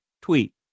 tweet